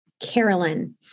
Carolyn